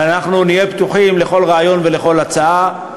ואנחנו נהיה פתוחים לכל רעיון ולכל הצעה,